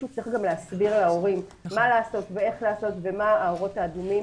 מישהו צריך גם להסביר להורים מה לעשות ואיך לעשות ומה האורות האדומים